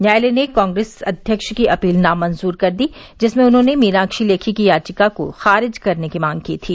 न्यायालय ने कांग्रेस अध्यक्ष की अपील नामंजूर कर दी जिसमें उन्होंने मीनाक्षी लेखी की याचिका को खारिज करने की मांग की थी